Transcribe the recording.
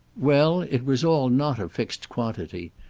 well, it was all not a fixed quantity.